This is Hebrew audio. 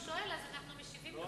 הוא שואל, אז אנחנו משיבים לו.